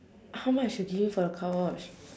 how much you give him for the car wash